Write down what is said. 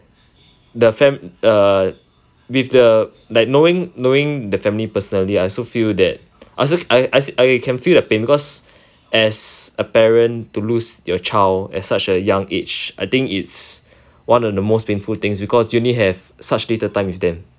the fam~ err with the like knowing knowing the family personally I also feel that I also I I I can feel the pain because as a parent to lose your child at such a young age I think it's one of the most painful things because you only had such little time with them